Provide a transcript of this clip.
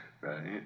Right